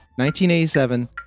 1987